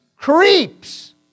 Creeps